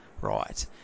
right